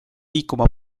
liikuma